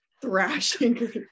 thrashing